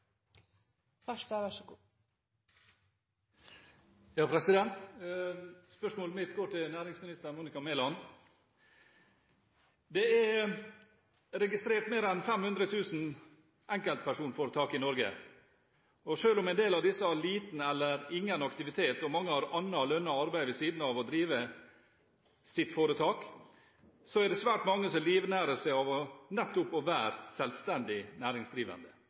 registrert mer enn 500 000 enkeltpersonforetak i Norge, og selv om en del av disse har liten eller ingen aktivitet, og mange har annet lønnet arbeid ved siden av det å drive sitt foretak, er det svært mange som livnærer seg av nettopp å være selvstendig næringsdrivende.